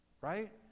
right